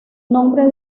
nombre